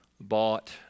bought